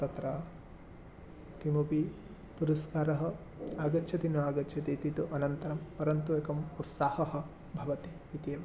तत्र किमपि पुरस्कारः आगच्छति नागच्छति इति तु अनन्तरं परन्तु एकम् उत्साहः भवति इत्येव